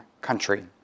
country